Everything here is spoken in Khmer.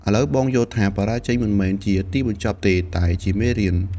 ឥឡូវបងយល់ថា បរាជ័យមិនមែនជាទីបញ្ចប់ទេ តែជាមេរៀន។